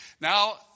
now